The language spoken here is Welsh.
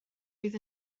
fydd